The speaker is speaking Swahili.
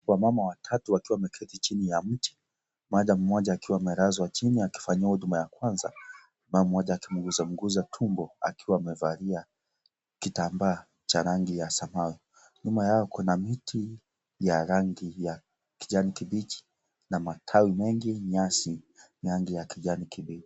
Wamama watatu wakiwa wameketi chini ya mti, mmoja akiwa amelazwa chini akifanyiwa huduma ya kwanza mmoja akimguzaguza tumbo akiwa amevalia kitambaa cha rangi ya samawi, nyuma yao kuna miti ya rangi ya kijani kibichi na matawi mengi nyasi rangi ya kijani kibichi.